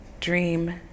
dream